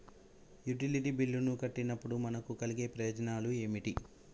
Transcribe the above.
Utility బిల్లులు కట్టినప్పుడు మనకు కలిగే ప్రయోజనాలు ఏమిటి?